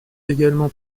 également